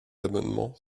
amendement